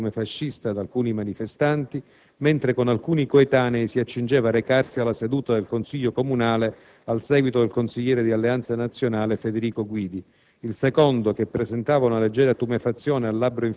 Il primo riferiva di essere stato minacciato e apostrofato come fascista da alcuni manifestanti, mentre con alcuni coetanei si accingeva a recarsi alla seduta del Consiglio comunale al seguito del consigliere di Alleanza Nazionale Federico Guidi.